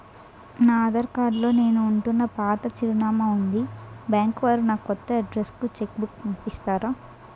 నా ఆధార్ లో నేను ఉంటున్న పాత చిరునామా వుంది బ్యాంకు వారు నా కొత్త అడ్రెస్ కు చెక్ బుక్ పంపిస్తారా?